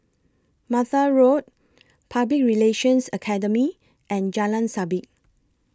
Martha Road Public Relations Academy and Jalan Sabit